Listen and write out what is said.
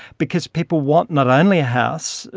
because people want not only a house,